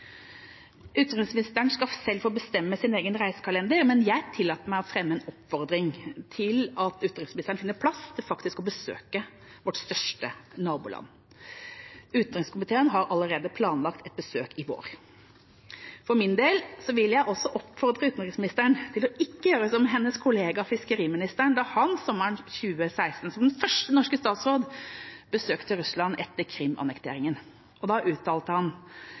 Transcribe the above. Utenriksministeren skal selv få bestemme over sin reisekalender, men jeg tillater meg å fremme en oppfordring om at utenriksministeren finner plass til å besøke vårt største naboland. Utenrikskomiteen har allerede planlagt et besøk i vår. For min del vil jeg også oppfordre utenriksministeren til ikke å gjøre som hennes kollega fiskeriministeren da han sommeren 2016 – som den første norske statsråd – besøkte Russland etter Krim-annekteringen. Da uttalte han